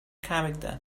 character